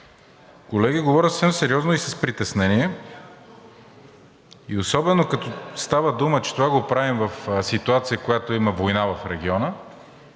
Колеги, говоря съвсем сериозно и с притеснение, и особено като става дума, че това го правим в ситуация, в която има война в региона